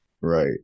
Right